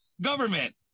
Government